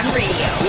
radio